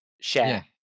share